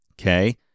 Okay